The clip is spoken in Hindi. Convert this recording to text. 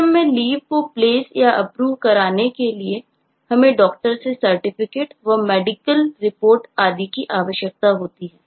सिस्टम में Leave को प्लेस या अप्रूव कराने के लिए हमें Doctor से Certificate व मेडिकल रिपोर्ट आदि की आवश्यकता होती है